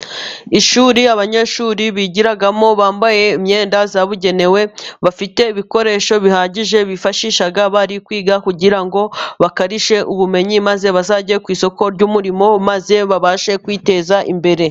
Ishuri abanyeshuri bigiramo bambaye imyenda yabugenewe, bafite ibikoresho bihagije bifashisha bari kwiga, kugira ngo bakarishye ubumenyi maze bazajye ku isoko ry'umurimo maze babashe kwiteza imbere.